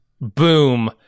boom